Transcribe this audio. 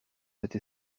cette